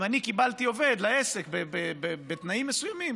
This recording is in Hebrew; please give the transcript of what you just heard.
אם אני קיבלתי עובד לעסק בתנאים מסוימים,